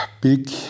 big